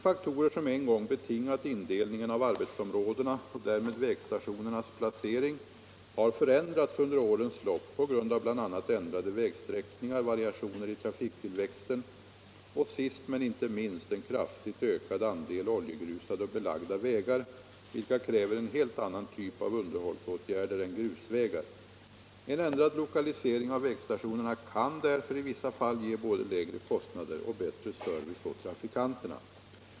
De — Om verkningarna vägstationernas placering har förändrats under årens lopp på grund av = ringar inom bl.a. ändrade vägsträckningar, variationer i trafiktillväxten och sist men = vägverket inte minst en kraftigt ökad andel oljegrusade och belagda vägar, vilka kräver en helt annan typ av underhållsåtgärder än grusvägar. En ändrad lokalisering av vägstationerna kan därför i vissa fall ge både lägre kost nader och bättre service åt trafikanterna.